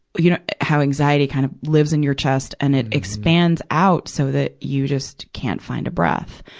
you know how anxiety kind of lives in your chest and it expands out so that you just can't find a breath.